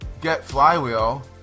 GetFlywheel